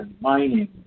mining